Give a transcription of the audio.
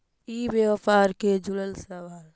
ई व्यापार से जुड़ल सवाल?